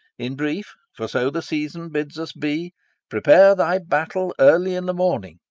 in brief for so the season bids us be prepare thy battle early in the morning,